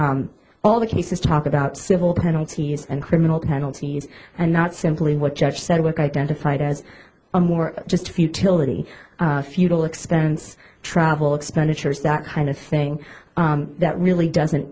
of all the cases talk about civil penalties and criminal penalties and not simply what judge said work identified as a more just futility futile experience travel expenditures that kind of thing that really doesn't